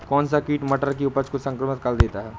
कौन सा कीट मटर की उपज को संक्रमित कर देता है?